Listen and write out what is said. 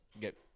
get